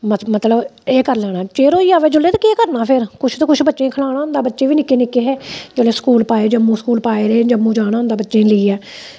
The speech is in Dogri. मत मतलब एह् करी लैना चिर होई जावे जेल्ले ते केह् करना फिर कुछ तां कुछ बच्चें गी खलाना हुंदा बच्चे बी निक्के निक्के हे ते स्कूल पाए जम्मू स्कूल पाए दे हे जम्मू जाना हुंदा बच्चें गी लेइए